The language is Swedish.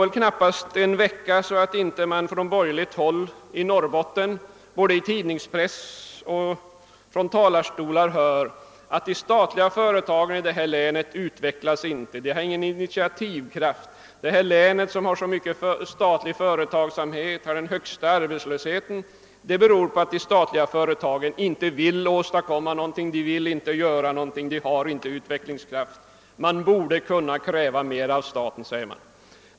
Det går knappast en vecka utan att man i Norrbotten både i tidningspress och från talarstolar från borgerligt håll framhåller att den statliga verksamheten i länet inte utvecklas och inte har någon initiativkraft eller att detta län, som har så mycket statlig företagsamhet, har den största arbetslösheten. Detta sägs bero på att de statliga företagen inte vill åstadkomma någonting, inte vill göra någonting, inte har utvecklingskraft. Det borde kunna krävas mer av staten, säger man.